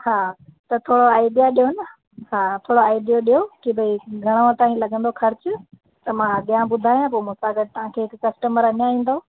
हा त थोरो आइडिया ॾियो न हा थोरो आइडियो ॾियो की भाई घणो ताईं लॻंदो ख़र्चु त मां अॻियां ॿुधाया पोइ मूं सां गॾु तव्हांखे हिकु कस्टमर अञा ईंदव